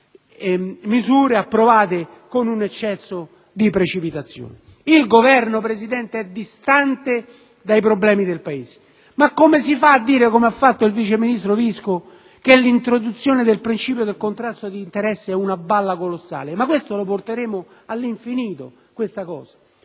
misure approvate con un eccesso di precipitazione. Il Governo, signor Presidente, è distante dai problemi del Paese. Come si fa a dire, come ha fatto il vice ministro Visco, che l'introduzione del principio del contrasto di interesse è «una balla colossale»? Porteremo all'infinito questa cosa.